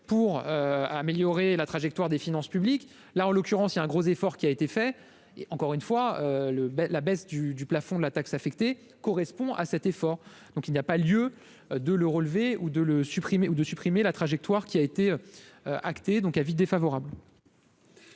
pour améliorer la trajectoire des finances publiques là en l'occurrence il y a un gros effort qui a été fait et encore une fois le la baisse du du plafond de la taxe affectée correspond à cet effort, donc il n'y a pas lieu de le relever, ou de le supprimer ou de supprimer la trajectoire qui a été acté, donc avis défavorable.